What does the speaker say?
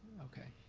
okay.